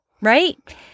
right